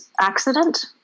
accident